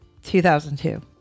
2002